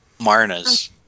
Marnas